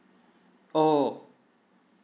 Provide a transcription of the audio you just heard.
oh